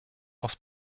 aus